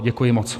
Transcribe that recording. Děkuji moc.